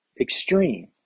extreme